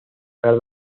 prado